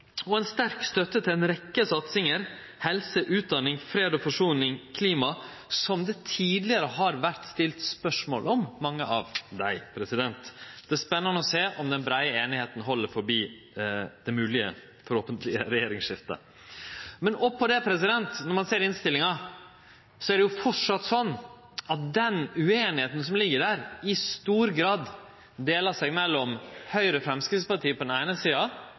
på ein god måte verkar, at 1 pst.-målet er riktig – no støtta alle det i budsjetta – og ei sterk støtte til ei rekkje satsingar: helse, utdanning, fred og forsoning, klima. Tidlegare har det vore stilt spørsmål ved mange av desse. Det er spennande å sjå om den breie einigheita held forbi det moglege – forhåpentleg – regjeringsskiftet. Men oppå dette: Når ein ser innstillinga, er det fortsatt sånn at den ueinigheita som ligg der, i stor grad delar seg mellom Høgre og Framstegspartiet på